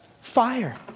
fire